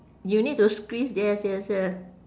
you need to squeeze yes yes yeah